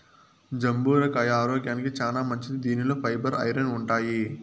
జంబూర కాయ ఆరోగ్యానికి చానా మంచిది దీనిలో ఫైబర్, ఐరన్ ఉంటాయి